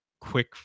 quick